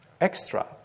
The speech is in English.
extra